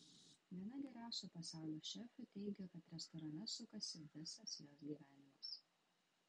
viena geriausių pasaulio šefių teigia kad restorane sukasi visas jos gyvenimas